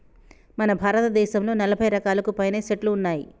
మన భారతదేసంలో నలభై రకాలకు పైనే సెట్లు ఉన్నాయి